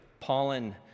pollen